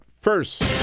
first